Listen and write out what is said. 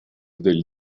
del